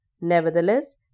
Nevertheless